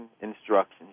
instructions